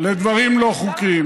לדברים לא חוקיים.